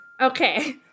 Okay